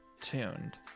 tuned